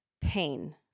pain